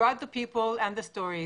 שהביאו את האנשים וסיפוריהם,